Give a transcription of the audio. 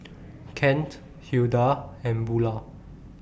Kent Hilda and Bulah